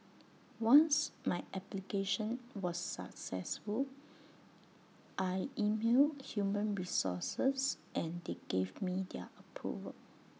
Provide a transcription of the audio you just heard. once my application was successful I emailed human resources and they gave me their approval